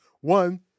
One